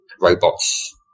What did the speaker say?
robots